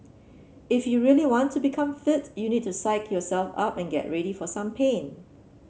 if you really want to become fit you need to psyche yourself up and get ready for some pain